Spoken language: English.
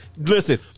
listen